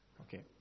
Okay